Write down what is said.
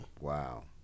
Wow